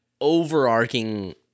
overarching